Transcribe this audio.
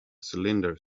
cylinder